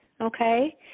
Okay